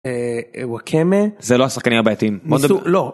אה... ווקמה? זה לא השחקנים הבעייתיים. מסוג... לא.